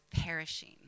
perishing